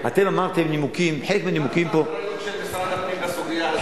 קח את האחריות של משרד הפנים בסוגיה הזאת.